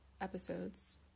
episodes